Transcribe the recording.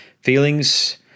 Feelings